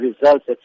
results